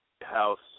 House